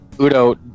Udo